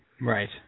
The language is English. Right